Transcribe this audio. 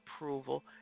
approval